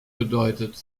bedeutet